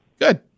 Good